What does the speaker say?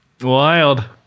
Wild